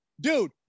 dude